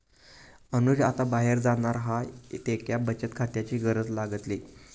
अनुज आता बाहेर जाणार हा त्येका बचत खात्याची गरज लागतली